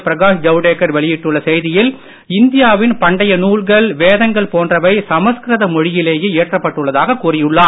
பிரகாஷ் ஜவடேகர் வெளியிட்டுள்ள செய்தியில் இந்தியாவின் பண்டைய நூல்கள் போன்றவை சமஸ்கிருத மொழியிலேயே வேதங்கள் இயற்றப்பட்டுள்ளதாக கூறியுள்ளார்